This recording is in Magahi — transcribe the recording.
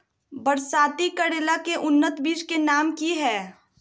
बरसाती करेला के उन्नत बिज के नाम की हैय?